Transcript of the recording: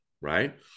right